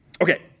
Okay